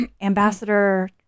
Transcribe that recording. ambassador